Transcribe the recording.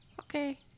okay